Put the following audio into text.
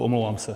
Omlouvám se.